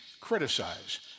criticize